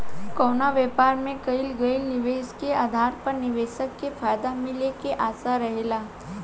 कवनो व्यापार में कईल गईल निवेश के आधार पर निवेशक के फायदा मिले के आशा रहेला